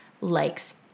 likes